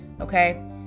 Okay